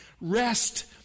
Rest